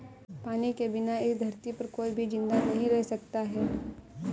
पानी के बिना इस धरती पर कोई भी जिंदा नहीं रह सकता है